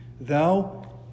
Thou